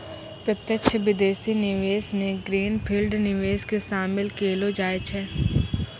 प्रत्यक्ष विदेशी निवेश मे ग्रीन फील्ड निवेश के शामिल केलौ जाय छै